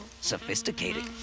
sophisticated